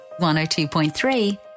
102.3